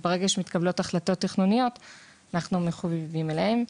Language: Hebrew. אז ברגע שמתקבלות החלטות תכנוניות אנחנו מחויבים אליהן.